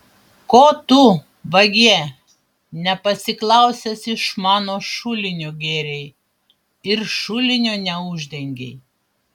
ko tu vagie nepasiklausęs iš mano šulinio gėrei ir šulinio neuždengei